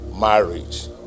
marriage